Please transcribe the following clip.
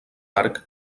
arc